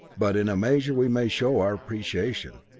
but in a measure we may show our appreciation.